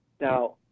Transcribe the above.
Now